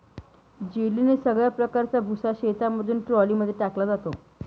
जेलीने सगळ्या प्रकारचा भुसा शेतामधून ट्रॉली मध्ये टाकला जातो